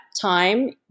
time